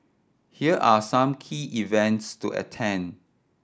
here are some key events to attend